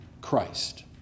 Christ